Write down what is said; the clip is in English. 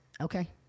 Okay